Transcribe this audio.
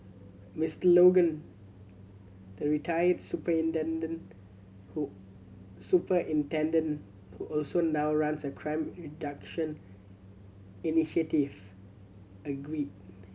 Mister Logan the retired superintendent who superintendent who also now runs a crime reduction initiative agreed